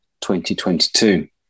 2022